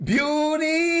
Beauty